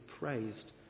praised